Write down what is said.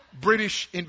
British